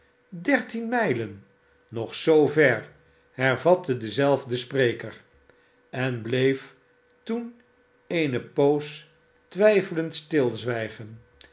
mijlen nog zoover heryatte dezelfde spreker en bleef teen eene poos twijfelend